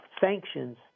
sanctions